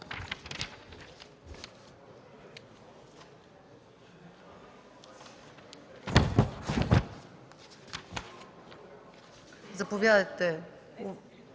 Заповядайте,